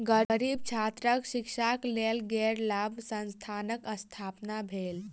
गरीब छात्रक शिक्षाक लेल गैर लाभ संस्थानक स्थापना भेल